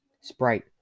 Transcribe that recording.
Sprite